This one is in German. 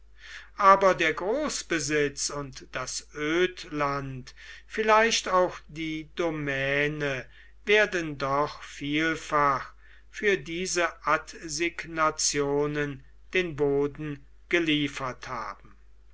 aber der großbesitz und das ödland vielleicht auch die domäne werden doch vielfach für diese adsignationen den boden geliefert haben